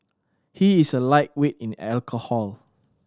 he is a lightweight in alcohol